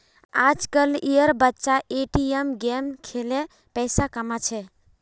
आजकल एर बच्चा ए.टी.एम गेम खेलें पैसा कमा छे